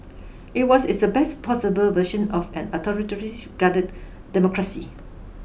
it was it's the best possible version of an authoritarians guided democracy